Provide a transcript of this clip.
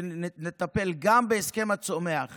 ושנטפל גם בהסכם הצומח